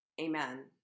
amen